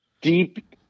Deep